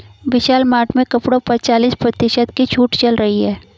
विशाल Mart में कपड़ों पर चालीस प्रतिशत की छूट चल रही है